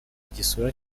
igisura